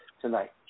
tonight